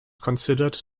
considered